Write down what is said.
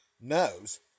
knows